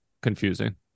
confusing